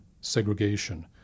segregation